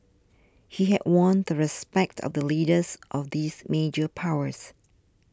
he had won the respect of the leaders of these major powers